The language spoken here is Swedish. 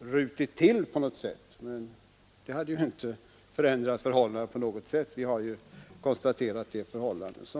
rutit till, men det hade ju inte förändrat förhållandena på något sätt. Vi har ju konstaterat det här förhållandet.